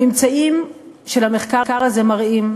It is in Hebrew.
הממצאים של המחקר הזה מראים,